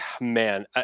Man